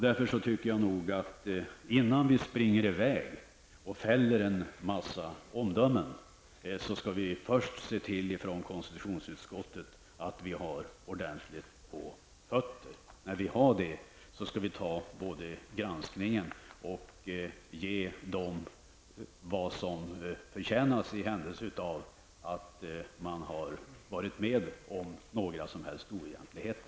Innan någon springer i väg och fäller en massa omdömen tycker jag att konstitutionsutskottet skall se till att man har ordentligt på fötterna. Därefter skall vi göra granskningen och -- i händelse man har kommit på några oegentligheter -- ge vederbörande vad de förtjänar.